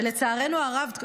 שלצערנו הרב,